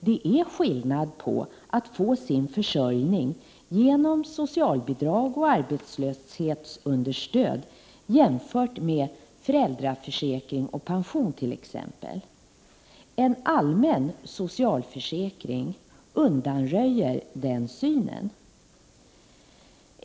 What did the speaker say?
Det är skillnad mellan att få sin försörjning genom socialbidrag och arbetslöshetsunderstöd och att få den t.ex. genom föräldraförsäkring och pension. En allmän socialförsäkring undanröjer den skillnaden.